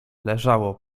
leżało